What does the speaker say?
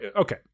Okay